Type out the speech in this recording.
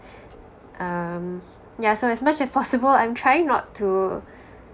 um yeah so as much as possible I'm trying not to